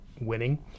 winning